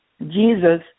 Jesus